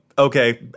okay